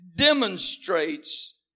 demonstrates